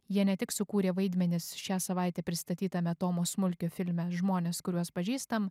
jie ne tik sukūrė vaidmenis šią savaitę pristatytame tomo smulkio filme žmonės kuriuos pažįstam